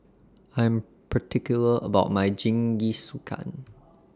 I Am particular about My Jingisukan